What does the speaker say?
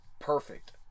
perfect